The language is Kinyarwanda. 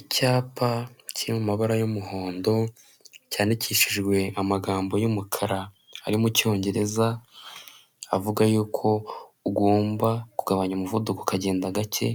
Icyapa cy'amabara y'umuhondo cyandikishijwe amagambo y'umukara ari mu cyongereza, avuga yuko ugomba kugabanya umuvuduko ukagenda gake